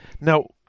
Now